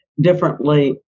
differently